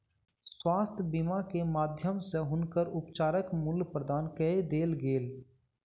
स्वास्थ्य बीमा के माध्यम सॅ हुनकर उपचारक मूल्य प्रदान कय देल गेल